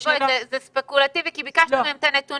זה ספקולטיבי כי ביקשנו מהם את הנתונים.